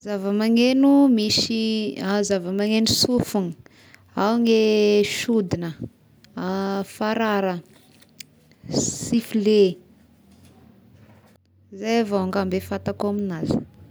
Zavamanegno misy a zavamanegno sofogna ao gne sodigna, farara, siflet, izay avao angamba fantako amignazy.